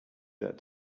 that